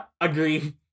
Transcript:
Agree